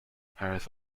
harris